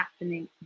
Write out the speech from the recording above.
happening